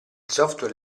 software